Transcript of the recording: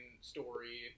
story